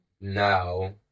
Now